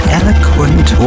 eloquent